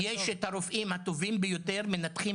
כי יש את הרופאים הטובים ביותר מנתחים